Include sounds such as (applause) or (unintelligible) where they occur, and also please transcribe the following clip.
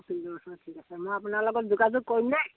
(unintelligible) মই আপোনাৰ লগত যোগাযোগ কৰিম দেই